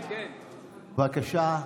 בקשה,